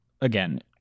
again